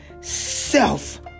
self